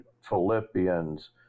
Philippians